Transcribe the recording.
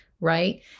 right